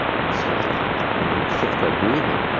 and so when we shift our breathing,